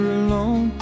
alone